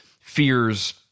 fears